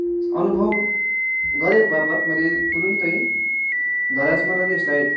अनुभव गरेवापत मैले तुरुन्तै ग्यारेजमा लगी यसलाई